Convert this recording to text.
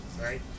Right